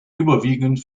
überwiegend